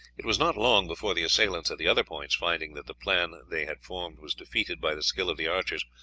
it was not long before the assailants at the other points, finding that the plan they had formed was defeated by the skill of the archers,